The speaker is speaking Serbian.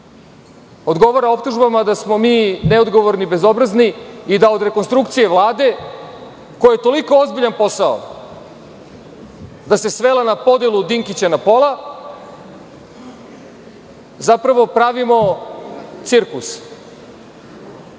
odgovara optužbama da smo mi neodgovorni, bezobrazni i da od rekonstrukcije Vlade koji je toliko ozbiljan posao, da se svela na podelu Dinkića na pola, zapravo pravimo cirkus.